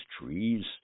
trees